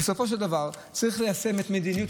בסופו של דבר, צריך ליישם את מדיניות